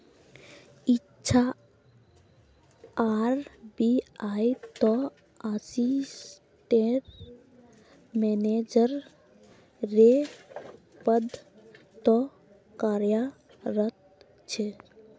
इच्छा आर.बी.आई त assistant manager रे पद तो कार्यरत छे